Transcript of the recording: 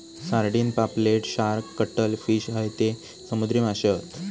sardine, पापलेट, shark, cuttlefish हयते समुद्री माशे हत